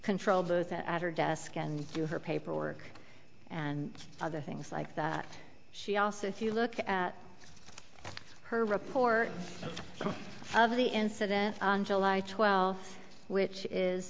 control booth at her desk and do her paperwork and other things like that she also if you look at her report of the incident on july twelfth which is